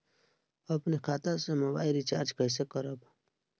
अपने खाता से मोबाइल रिचार्ज कैसे करब?